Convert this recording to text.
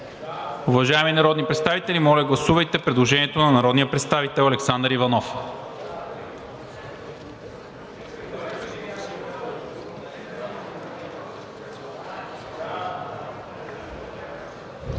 Уважаеми народни представители, моля, гласувайте предложението на народния представител Александър Иванов.